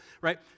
right